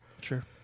Sure